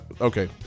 Okay